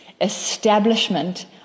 establishment